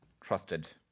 trusted